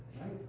right